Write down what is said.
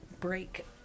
break